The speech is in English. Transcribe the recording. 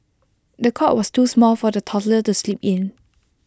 the cot was too small for the toddler to sleep in